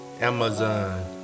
Amazon